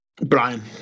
Brian